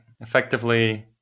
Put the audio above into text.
effectively